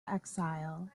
exile